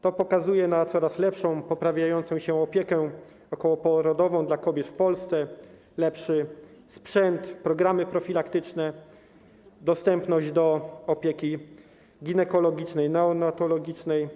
To pokazuje coraz lepszą, poprawiającą się opiekę okołoporodową dla kobiet w Polsce, lepszy sprzęt, programy profilaktyczne, dostępność opieki ginekologicznej, neonatologicznej,